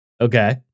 Okay